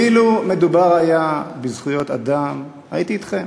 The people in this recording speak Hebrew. אילו מדובר היה בזכויות אדם, הייתי אתכם.